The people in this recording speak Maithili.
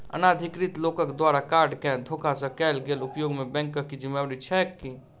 अनाधिकृत लोकक द्वारा कार्ड केँ धोखा सँ कैल गेल उपयोग मे बैंकक की जिम्मेवारी छैक?